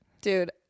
dude